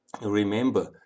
Remember